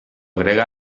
grega